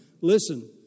Listen